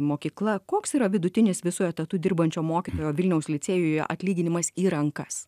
mokykla koks yra vidutinis visu etatu dirbančio mokytojo vilniaus licėjuje atlyginimas į rankas